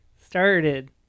started